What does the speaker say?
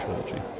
trilogy